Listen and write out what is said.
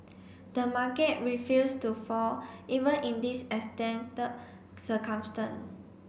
the market refuse to fall even in these extended circumstance